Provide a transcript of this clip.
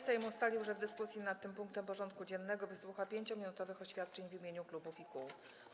Sejm ustalił, że w dyskusji nad tym punktem porządku dziennego wysłucha 5-minutowych oświadczeń w imieniu klubów i kół.